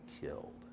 killed